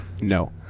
No